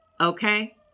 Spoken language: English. okay